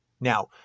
Now